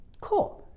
Cool